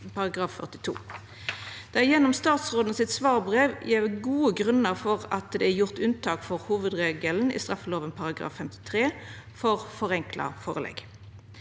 Det er gjennom statsrådens svarbrev gjeve gode grunnar for at det er gjort unntak for hovudregelen i straffeloven § 53 for forenkla førelegg.